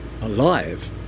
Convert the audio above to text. alive